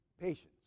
patience